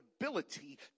ability